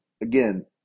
again